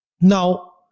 Now